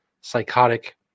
psychotic